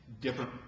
different